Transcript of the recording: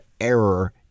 error